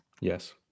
Yes